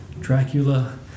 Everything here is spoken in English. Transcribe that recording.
Dracula